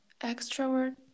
extrovert